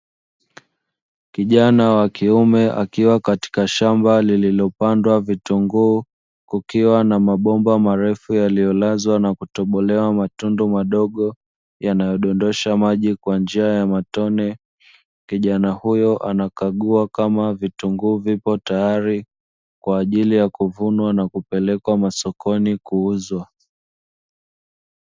Kijana wa kiume akiwa katika shamba lililopandwa vitunguu kukiwa na mabomba marefu, yaliyolazwa na kutobolewa matundu madogo, yanayodondosha maji kwa njia ya matone kijana huyo anakagua kama vitunguu vipo tayari kwa ajili ya kuvunwa na kupelekwa masokoni kuuzwa.